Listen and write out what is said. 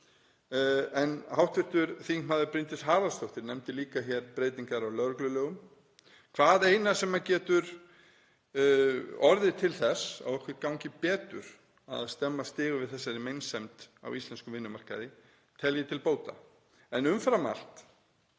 Hv. þm. Bryndís Haraldsdóttir nefndi líka hér breytingar á lögreglulögum. Að hvað eina sem getur orðið til þess að okkur gangi betur að stemma stigu við þessari meinsemd á íslenskum vinnumarkaði telji til bóta. En umfram allt,